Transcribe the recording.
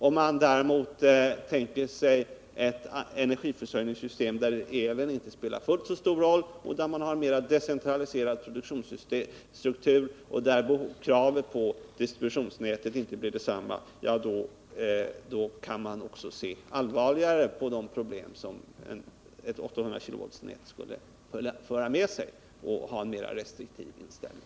Om man däremot tänker sig ett energiförsörjningssystem där el inte spelar fullt så stor roll, där man har en mera decentraliserad produktionsstruktur och där kravet på distributionsnätet inte blir detsamma, då skulle man också se allvarligare på de problem som ett 800-kV-nät för med sig, och man skulle ha en mera restriktiv inställning.